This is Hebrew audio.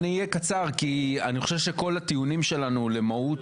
אהיה קצר כי אני חושב שהטיעונים שלנו למהות